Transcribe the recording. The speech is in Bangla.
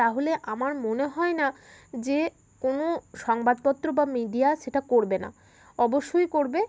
তাহলে আমার মনে হয় না যে কোনো সংবাদপত্র বা মিডিয়া সেটা করবে না অবশ্যই করবে